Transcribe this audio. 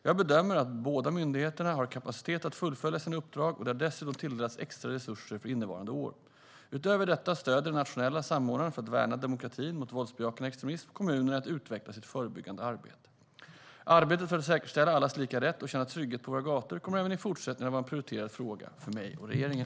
Jag bedömer att båda myndigheterna har kapacitet att fullfölja sina uppdrag, och de har dessutom tilldelats extra resurser för innevarande år. Utöver detta stöder den nationella samordnaren för att värna demokratin mot våldsbejakande ex-tremism kommunerna i att utveckla sitt förebyggande arbete. Arbetet för att säkerställa allas lika rätt att känna trygghet på våra gator kommer även i fortsättningen att vara en prioriterad fråga för mig och regeringen.